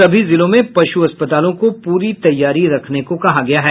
सभी जिलों में पशु अस्पतालों को पूरी तैयारी रखने को कहा गया है